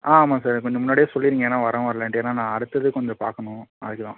ஆ ஆமாம் சார் கொஞ்சம் முன்னாடியே சொல்லியிருங்க ஏன்னால் வரோம் வரலன்ட்டு ஏன்னால் நான் அடுத்தது கொஞ்சம் பார்க்கணும் அதுக்கு தான்